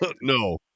no